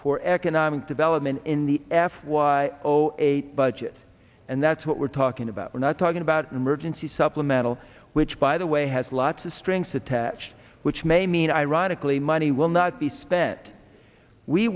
for economic development in the f y o eight budget and that's what we're talking about we're not talking about an emergency supplemental which by the way has lots of strings attached which may mean ironically money will not be spent we